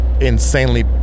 Insanely